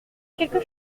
quelque